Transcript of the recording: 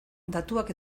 datuak